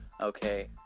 okay